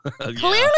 Clearly